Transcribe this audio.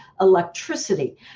electricity